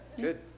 good